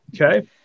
Okay